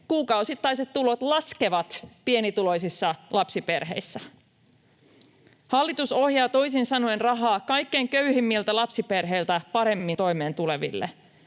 kuukausittaiset tulot laskevat pienituloisissa lapsiperheissä. Hallitus ohjaa toisin sanoen rahaa kaikkein köyhimmiltä lapsiperheiltä paremmin toimeentuleville.